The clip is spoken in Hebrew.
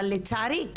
אבל לצערי,